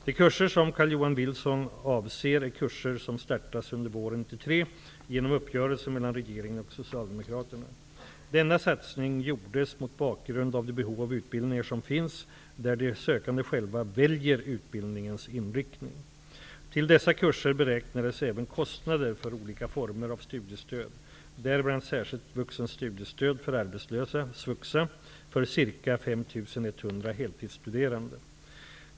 De kurser som Carl-Johan Wilson avser är kurser som startas under våren 1993 genom uppgörelsen mellan regeringen och Socialdemokraterna. Denna satsning gjordes mot bakgrund av de behov av utbildningar som finns där de sökande själva väljer utbildningens inriktning. Till dessa kurser beräknades även kostnader för olika former av studiestöd, däribland särskilt vuxenstudiestöd för arbetslösa för ca 5 100 heltidsstuderande.